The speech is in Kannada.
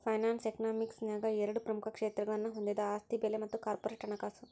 ಫೈನಾನ್ಸ್ ಯಕನಾಮಿಕ್ಸ ನ್ಯಾಗ ಎರಡ ಪ್ರಮುಖ ಕ್ಷೇತ್ರಗಳನ್ನ ಹೊಂದೆದ ಆಸ್ತಿ ಬೆಲೆ ಮತ್ತ ಕಾರ್ಪೊರೇಟ್ ಹಣಕಾಸು